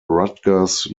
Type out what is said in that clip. rutgers